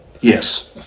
Yes